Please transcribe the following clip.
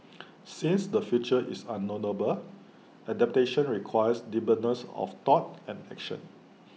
since the future is unknowable adaptation requires nimbleness of thought and action